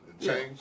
Change